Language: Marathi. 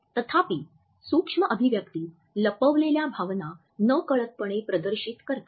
तथापि सूक्ष्म अभिव्यक्ती लपवलेल्या भावना नकळतपणे प्रदर्शित करतात